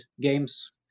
games